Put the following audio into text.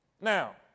Now